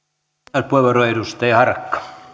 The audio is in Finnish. arvoisa puhemies